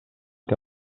que